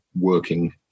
working